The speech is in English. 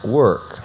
work